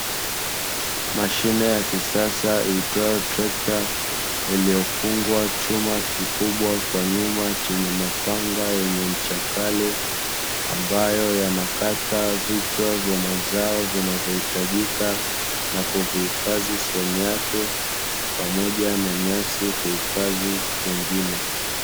Mashine ya kisasa iitwayo trekta, iliyofungwa chuma kikubwa kwa nyuma chenye mapanga yenye ncha kali, ambayo inakata vichwa vya mazao vinavyohitajika na kuvihifadhi sehemu yake pamoja na nyasi kuhifadhi pengine.